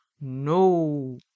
no